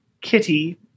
Kitty